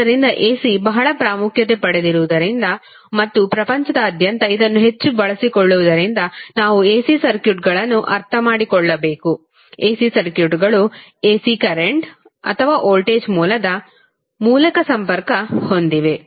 ಆದ್ದರಿಂದ AC ಬಹಳ ಪ್ರಾಮುಖ್ಯತೆ ಪಡೆದಿರುವುದರಿಂದ ಮತ್ತು ಪ್ರಪಂಚದಾದ್ಯಂತ ಇದನ್ನು ಹೆಚ್ಚು ಬಳಸಿಕೊಳ್ಳುವುದರಿಂದ ನಾವು AC ಸರ್ಕ್ಯೂಟ್ಗಳನ್ನು ಅರ್ಥಮಾಡಿಕೊಳ್ಳಬೇಕು AC ಸರ್ಕ್ಯೂಟ್ಗಳು AC ಕರೆಂಟ್ ಅಥವಾ ವೋಲ್ಟೇಜ್ ಮೂಲದ ಮೂಲಕ ಸಂಪರ್ಕ ಹೊಂದಿವೆ